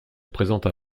présenta